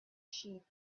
sheep